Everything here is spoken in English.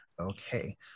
Okay